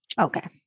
Okay